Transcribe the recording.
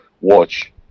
watch